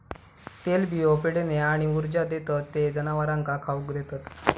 तेलबियो पिढीने आणि ऊर्जा देतत ते जनावरांका खाउक देतत